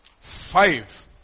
five